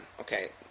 Okay